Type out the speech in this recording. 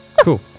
Cool